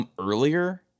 earlier